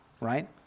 right